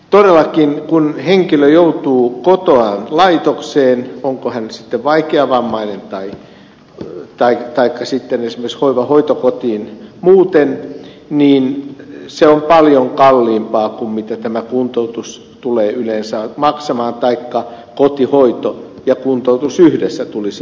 todellakin kun henkilö joutuu kotoaan laitokseen jos hän on vaikeavammainen taikka sitten esimerkiksi hoivahoitokotiin muuten se on paljon kalliimpaa kuin tämä kuntoutus taikka kotihoito ja kuntoutus yhdessä tulisivat maksamaan